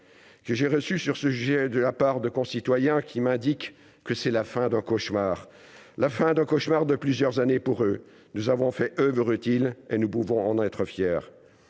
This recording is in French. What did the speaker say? j'ai reçu sur ce sujet de la part de concitoyens qui m'indique que c'est la fin d'un cauchemar : la fin d'un cauchemar de plusieurs années pour eux, nous avons fait oeuvre utile et nous pouvons être fiers